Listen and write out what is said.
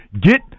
Get